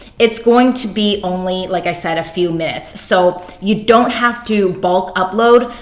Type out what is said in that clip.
it's going to be only, like i said, a few minutes. so you don't have to bulk upload.